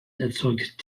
erzeugt